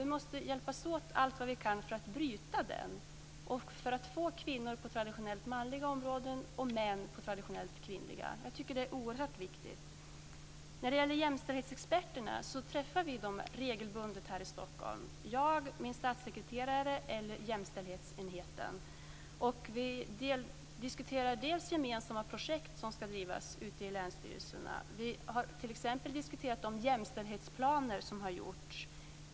Vi måste hjälpas åt allt vad vi kan för att bryta detta och få in kvinnor på traditionellt manliga områden och män på traditionellt kvinnliga. Jag tycker att det är oerhört viktigt. När det gäller jämställdhetsexperterna träffar vi dem regelbundet här i Stockholm - jag, min statssekreterare eller jämställdhetsenheten. Vi diskuterar bl.a. gemensamma projekt som skall drivas ute i länsstyrelserna, t.ex. de jämställdhetsplaner som har gjorts.